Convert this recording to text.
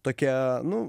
tokie nu